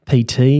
PT